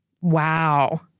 Wow